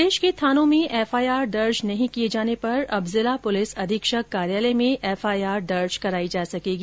प्रदेश के थानों में एफ आई आर दर्ज नहीं किए जाने पर अब जिला पुलिस अधीक्षक कार्यालय में एफ आई आर दर्ज कराई जा सकेगी